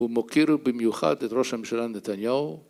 ‫הוא מוקיר במיוחד ‫את ראש הממשלה נתניהו.